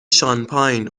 شانپاین